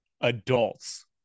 adults